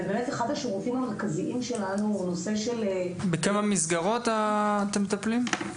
אחד השירותים המרכזיים שלנו הוא --- בכמה מסגרות אתם מטפלים?